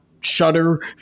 shudder